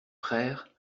frères